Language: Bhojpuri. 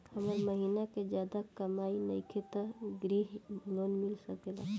हमर महीना के ज्यादा कमाई नईखे त ग्रिहऽ लोन मिल सकेला?